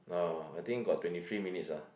uh I think got twenty three minutes ah